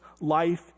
life